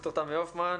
ד"ר תמי הופמן.